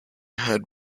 had